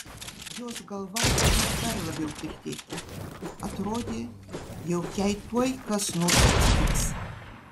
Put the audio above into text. jos galva ėmė dar labiau tirtėti atrodė jog jai tuoj kas nors atsitiks